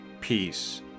Peace